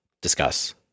Discuss